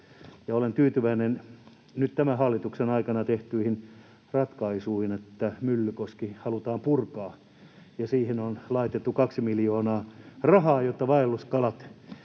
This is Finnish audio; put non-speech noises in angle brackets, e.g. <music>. Olen tyytyväinen nyt tämän hallituksen aikana tehtyihin ratkaisuihin, että Myllykoski halutaan purkaa. <laughs> Siihen on laitettu 2 miljoonaa rahaa, jotta vaelluskalat